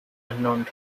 unknown